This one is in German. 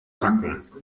wacken